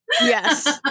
Yes